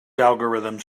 algorithms